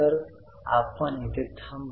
तर आपण येथे थांबू